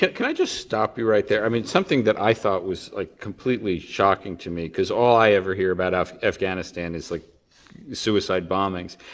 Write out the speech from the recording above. can i just stop you right there? i mean something that i thought was completely shocking to me, cause all i ever hear about ah afghanistan is like suicide bombings.